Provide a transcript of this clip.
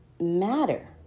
matter